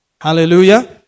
Hallelujah